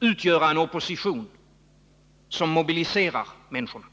utgöra en opposition som mobiliserar människorna.